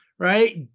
Right